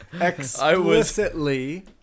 Explicitly